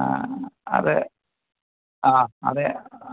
ആ അത് ആ അതെ